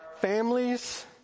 families